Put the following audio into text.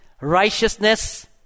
righteousness